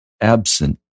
absent